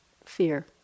fear